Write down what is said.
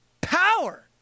power